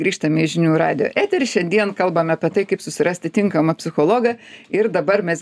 grįžtame į žinių radijo etery šiandien kalbame apie tai kaip susirasti tinkamą psichologą ir dabar mes